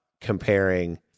comparing